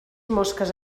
mosques